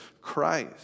Christ